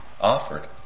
offered